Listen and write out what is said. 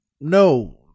no